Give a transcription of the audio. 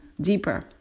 deeper